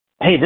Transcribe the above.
hey